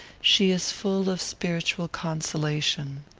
she is full of spiritual consolation.